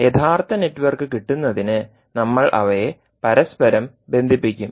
യഥാർത്ഥ നെറ്റ്വർക്ക് കിട്ടുന്നതിന് നമ്മൾ അവയെ പരസ്പരം ബന്ധിപ്പിക്കും